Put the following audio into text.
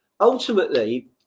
ultimately